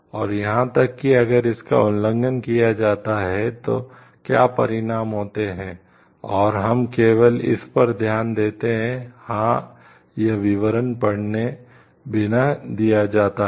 और यहां तक कि अगर इसका उल्लंघन किया जाता है तो क्या परिणाम होते हैं और हम केवल इस पर ध्यान देते हैं हां यह विवरण पढ़े बिना दिया जाता है